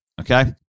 okay